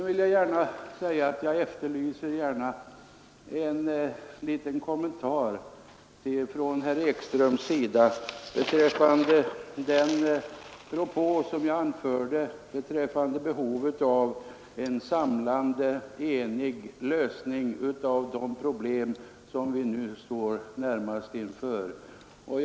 Vidare efterlyser jag en liten kommentar från herr Ekströms sida till min propå om en samlande, enig lösning av de problem som vi nu närmast står inför.